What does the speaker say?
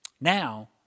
Now